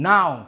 Now